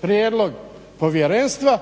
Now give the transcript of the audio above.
prijedlog povjerenstva,